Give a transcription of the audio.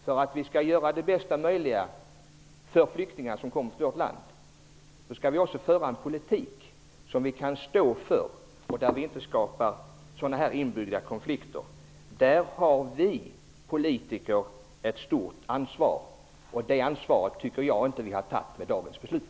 För att göra det bästa möjliga för flyktingar som kommer till vårt land skall vi föra en politik som vi kan stå för och som inte skapar sådana här inbyggda konflikter. Här har vi politiker ett stort ansvar. Det ansvaret tycker jag inte att vi har tagit med dagens beslut.